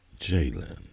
Jalen